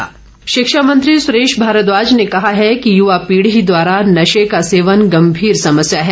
सुरेश भारद्वाज शिक्षा मंत्री सुरेश भारद्वाज ने कहा है कि युवा पीढ़ी द्वारा नशे का सेवन गम्भीर समस्या है